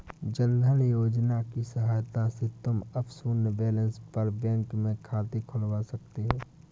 जन धन योजना की सहायता से तुम अब शून्य बैलेंस पर बैंक में खाता खुलवा सकते हो